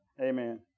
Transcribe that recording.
Amen